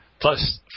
plus